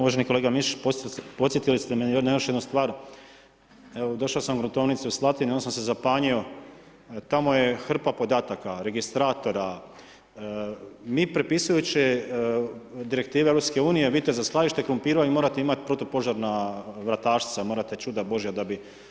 Uvaženi kolega Mišić, podsjetili ste me na još jednu stvar, evo došao sam u gruntovnicu iz Slatine i onda sam se zapanjio, tamo je hrpa podataka, registratora, mi prepisujući direktive EU, vidite za skladište krumpira vi morate imati protupožarna vratašca, morate čuda božja da bi.